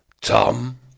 Tom